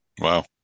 Wow